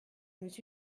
nous